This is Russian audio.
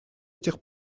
этих